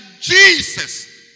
Jesus